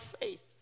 faith